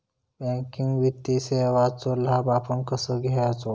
Banking वित्तीय सेवाचो लाभ आपण कसो घेयाचो?